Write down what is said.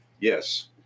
Yes